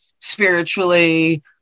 spiritually